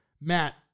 Matt